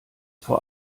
vor